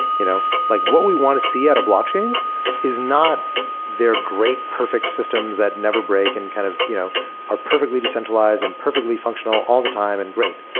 you know like what we want to see out of blockchains is not they're great perfect systems that never break and kind of you know are perfectly decentralized and perfectly functional all the time and great.